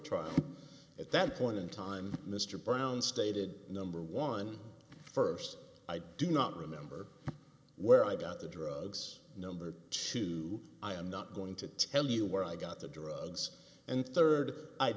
trial at that point in time mr brown stated number one first i do not remember where i got the drugs number two i am not going to tell you where i got the drugs and third i